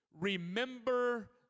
remember